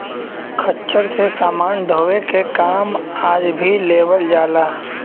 खच्चर से समान ढोवे के काम आज भी लेवल जाला